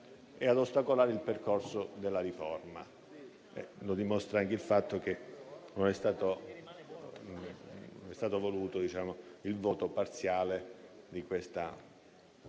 e ad ostacolare il percorso della riforma. Lo dimostra anche il fatto che non è stato voluto il voto parziale di questa mozione.